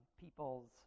people's